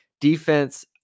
defense